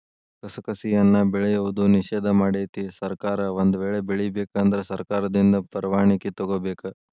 ಕಸಕಸಿಯನ್ನಾ ಬೆಳೆಯುವುದು ನಿಷೇಧ ಮಾಡೆತಿ ಸರ್ಕಾರ ಒಂದ ವೇಳೆ ಬೆಳಿಬೇಕ ಅಂದ್ರ ಸರ್ಕಾರದಿಂದ ಪರ್ವಾಣಿಕಿ ತೊಗೊಬೇಕ